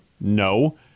No